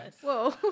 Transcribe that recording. Whoa